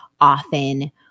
often